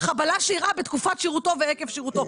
חבלה שאירעה בתקופת שירותו ועקב שירותו.